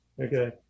okay